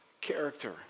character